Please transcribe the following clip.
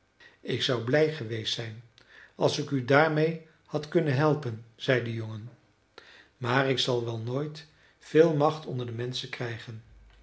ik zou blij geweest zijn als ik u daarmeê had kunnen helpen zei de jongen maar ik zal wel nooit veel macht onder de menschen krijgen